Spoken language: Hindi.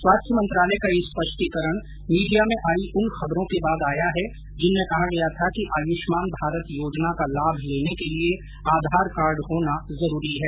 स्वास्थ्य मंत्रालय का यह स्पष्टीकरण मीडिया में आई उन खबरों के बाद आया है जिनमें कहा गया था कि आयुष्मान भारत योजना का लाभ लेने के लिए आधार कार्ड होना जरूरी है